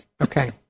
Okay